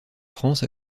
france